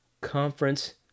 Conference